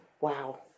Wow